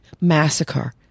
massacre